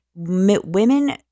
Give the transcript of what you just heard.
Women